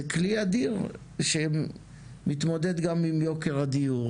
זה כלי אדיר שמתמודד גם עם יוקר הדיור,